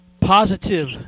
positive